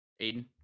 Aiden